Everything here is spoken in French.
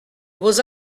vos